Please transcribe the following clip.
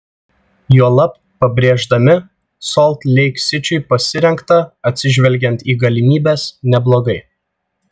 juolab pabrėždami solt leik sičiui pasirengta atsižvelgiant į galimybes neblogai